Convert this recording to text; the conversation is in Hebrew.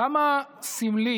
כמה סמלי